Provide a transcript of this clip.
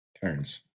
turns